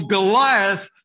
Goliath